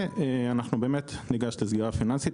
אנחנו באמת ניגש לסגירה פיננסית,